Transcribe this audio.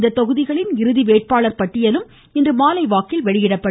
இத்தொகுதிகளின் இறுதி வேட்பாளர் பட்டியல் இன்றுமாலை வெளியிடப்படும்